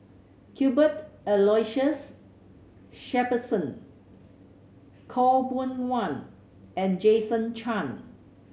Cuthbert Aloysius Shepherdson Khaw Boon Wan and Jason Chan